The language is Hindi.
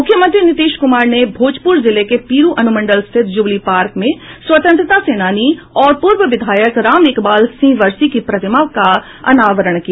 मुख्यमंत्री नीतीश कुमार ने भोजपुर जिले के पीरो अनुमंडल स्थित जुबली पार्क में स्वतंत्रता सेनानी और पूर्व विधायक राम एकबाल सिंह वरसी की प्रतिमा का अनावरण किया